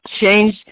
change